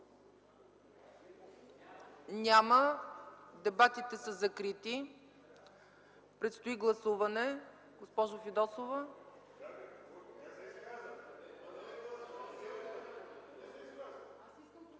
Няма. Дебатите са закрити. Предстои гласуване. Госпожа Фидосова.